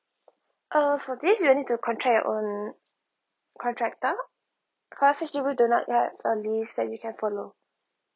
uh for this you'll need to contract your own contractor cause H_D_B do not have a list that you can follow